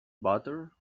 butter